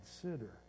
consider